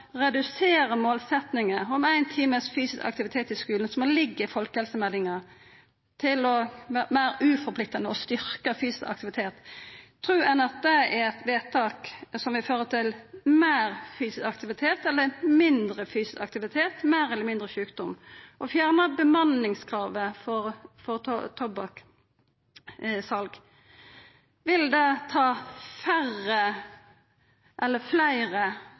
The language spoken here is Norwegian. om ein time fysisk aktivitet i skulen – som ligg i folkehelsemeldinga – til meir uforpliktande å skulla styrka fysisk aktivitet, er eit vedtak som vil føra til meir fysisk aktivitet eller mindre fysisk aktivitet, meir sjukdom eller mindre sjukdom? Det å fjerna bemanningskravet for tobakkssal, vil det ta færre eller fleire